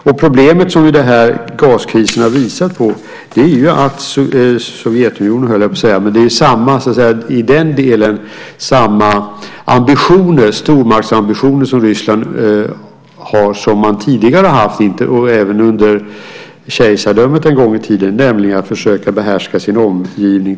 Det problem som gaskrisen har visat på är de stormaktsambitioner som Ryssland har och som man tidigare har haft och som man hade även under kejsardömet en gång i tiden, nämligen att försöka behärska sin omgivning.